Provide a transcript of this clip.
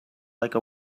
like